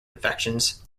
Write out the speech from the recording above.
infections